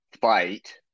fight